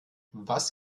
was